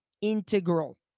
integral